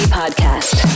podcast